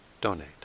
donate